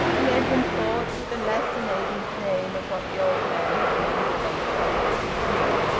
and edwin thought, with a lancinating pain, of what the old man had mumbled on the previous evening